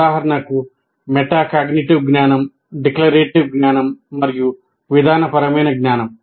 ఉదాహరణకు మెటాకాగ్నిటివ్ జ్ఞానం డిక్లరేటివ్ జ్ఞానం మరియు విధానపరమైన జ్ఞానం